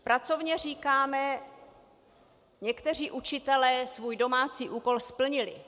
Pracovně říkáme: někteří učitelé svůj domácí úkol splnili.